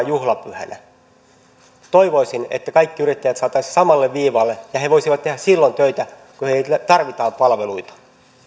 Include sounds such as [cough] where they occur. [unintelligible] juhlapyhänä toivoisin että kaikki yrittäjät saataisiin samalla viivalle ja he voisivat tehdä silloin töitä kun heiltä tarvitaan palveluita